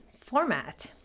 format